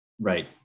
Right